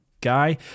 guy